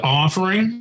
offering